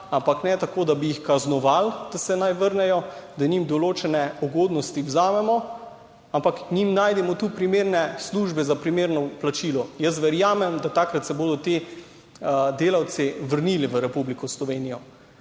ampak ne tako, da bi jih kaznovali, da se naj vrnejo, da jim določene ugodnosti vzamemo, ampak jim najdemo tu primerne službe za primerno plačilo. Jaz verjamem, da takrat se bodo ti delavci vrnili v Republiko Slovenijo.